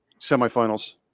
semifinals